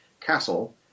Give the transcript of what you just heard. castle –